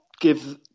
give